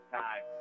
time